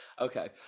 Okay